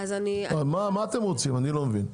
מה אתם רוצים אני לא מבין?